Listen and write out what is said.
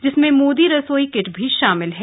जिसमें मोदी रसोई किट भी शामिल है